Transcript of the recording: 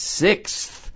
sixth